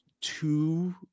two